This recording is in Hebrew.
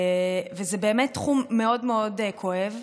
זה תחום מאוד מאוד כואב.